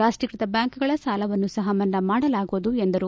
ರಾಷ್ಷೀಕೃತ ಬ್ಬಾಂಕ್ಗಳ ಸಾಲವನ್ನು ಸಹ ಮನ್ನಾ ಮಾಡಲಾಗುವುದು ಎಂದರು